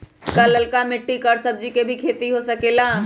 का लालका मिट्टी कर सब्जी के भी खेती हो सकेला?